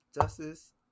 Justice